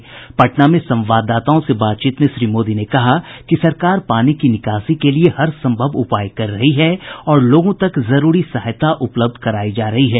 आज पटना में संवाददाताओं से बातचीत में श्री मोदी ने कहा कि सरकार पानी की निकासी के लिए हर संभव उपाय कर रही है और लोगों तक जरूरी सहायता उपलब्ध करायी जा रही है